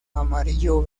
amarillo